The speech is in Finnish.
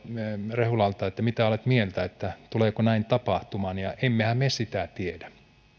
rehulalta mitä olet mieltä tuleeko näin tapahtumaan ja emmehän me sitä tiedä